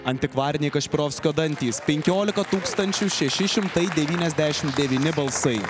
antikvariniai kašpirovskio dantys penkiolika tūkstančių šeši šimtai devyniasdešimt devyni balsai